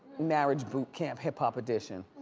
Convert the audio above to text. marriage boot camp hip-hop edition.